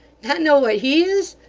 not know what he is!